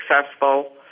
successful